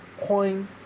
coin